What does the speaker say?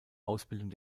ausbildung